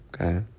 Okay